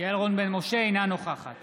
אינה נוכחת